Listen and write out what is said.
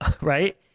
right